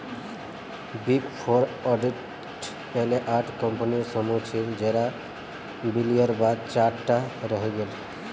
big four auditors पहले आठ कम्पनीर समूह छिल जेरा विलयर बाद चार टा रहेंग गेल